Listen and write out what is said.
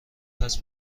هست